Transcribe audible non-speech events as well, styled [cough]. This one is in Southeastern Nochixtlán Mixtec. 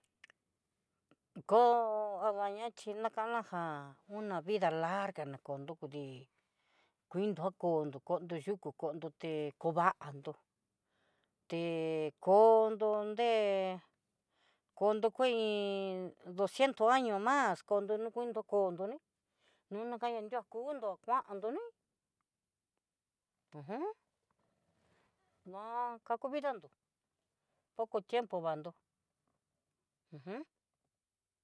Koo [hesitation] a xhi nakana já, una vidad larga ná kondukunrí kuin dá kondo, kondo yukú kondo té kovandó té kondo nré, kondo kuiin docientos años más kondó nokuindo kondo ní, nuña kando dios kundo cuando ní uj [hesitation] ka ku vida nrando poco tiempo vandó uj. [hesitation]